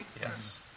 Yes